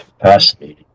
Fascinating